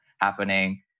happening